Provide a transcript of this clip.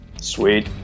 Sweet